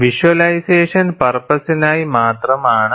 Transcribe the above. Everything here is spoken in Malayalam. വിഷ്വലൈസേഷൻ പർപ്പസ്സിനായി മാത്രം ആണ്